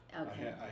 Okay